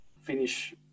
finish